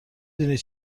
دونی